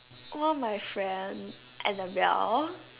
one of my friend Annabelle